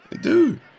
Dude